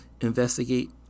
investigate